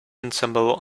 ensemble